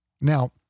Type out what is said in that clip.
Now